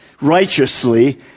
righteously